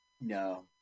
No